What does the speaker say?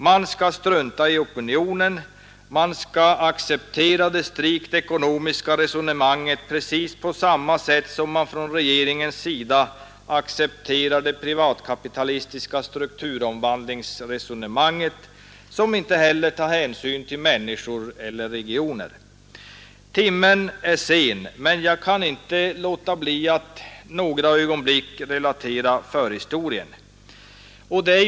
Man skall strunta i opinionen, man skall acceptera det strikt ekonomiska resonemanget precis på samma sätt som man från regeringens sida accepterar det privatkapitalistiska strukturomvandlingsresonemanget, som inte heller tar hänsyn till människor eller regioner. Timmen är sen, men jag kan inte låta bli att några ögonblick relatera förhistorien.